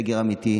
וסגר אמיתי.